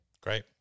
great